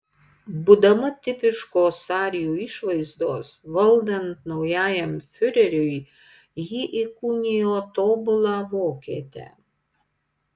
būdama tipiškos arijų išvaizdos valdant naujajam fiureriui ji įkūnijo tobulą vokietę